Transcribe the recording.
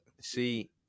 See